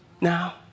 Now